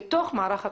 בתוך מערך הכשרות,